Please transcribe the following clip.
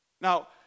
Now